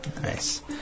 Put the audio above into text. Nice